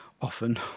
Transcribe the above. often